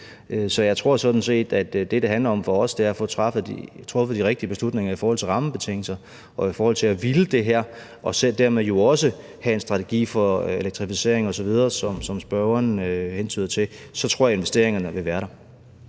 Så jeg tror sådan set, at det, det handler om for os, er at få truffet de rigtige beslutninger i forhold til rammebetingelser og i forhold til at ville det her og dermed jo også have en strategi for elektrificering osv., som spørgeren hentyder til. Så tror jeg investeringerne vil være der.